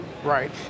Right